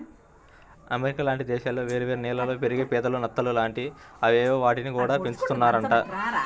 America లాంటి దేశాల్లో వేరే వేరే నీళ్ళల్లో పెరిగే పీతలు, నత్తలు లాంటి అవేవో వాటిని గూడా పెంచుతున్నారంట